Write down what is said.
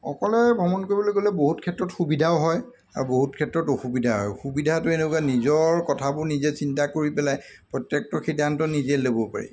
অকলে ভ্ৰমণ কৰিবলৈ গ'লে বহুত ক্ষেত্ৰত সুবিধাও হয় আৰু বহুত ক্ষেত্ৰত অসুবিধা হয় সুবিধাটো এনেকুৱা নিজৰ কথাবোৰ নিজে চিন্তা কৰি পেলাই প্ৰত্যেকটো সিদ্ধান্ত নিজে ল'ব পাৰি